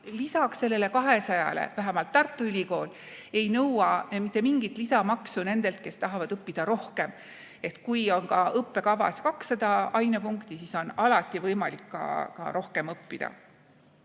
200-le [ainepunktile]. Vähemalt Tartu Ülikool ei nõua mitte mingit lisamaksu nendelt, kes tahavad õppida rohkem. Kui ka on õppekavas 200 ainepunkti, siis on alati võimalik rohkem õppida.